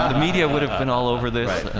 ah media would have been all over this.